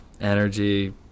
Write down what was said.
energy